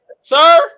sir